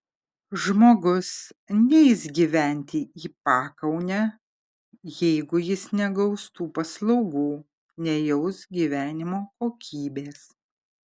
žmogus neis gyventi į pakaunę jeigu jis negaus tų paslaugų nejaus gyvenimo kokybės